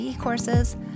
courses